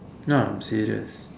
no I'm serious